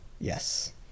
yes